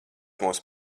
mūs